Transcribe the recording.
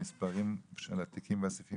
המספרים של התיקים והסעיפים